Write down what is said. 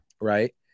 Right